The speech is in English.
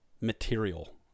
material